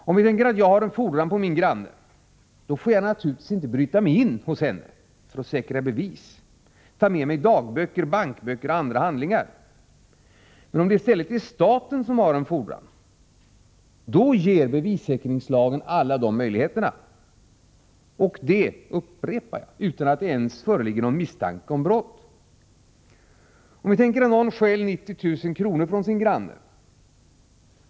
Om vi tänker oss att jag har en fordran på min granne, då får jag naturligtvis inte bryta mig in hos denne för att säkra bevis och ta med mig dagböcker, bankböcker och andra handlingar. Om det i stället är staten som har en fordran, då ger bevissäkringslagen alla dessa möjligheter — och detta, det vill jag upprepa, utan att det ens föreligger någon misstanke om brott. Vi tänker oss att någon stjäl 90 000 kr. från sin granne.